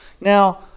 Now